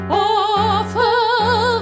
awful